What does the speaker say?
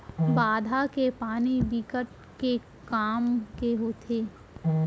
बांधा के पानी बिकट के काम के होथे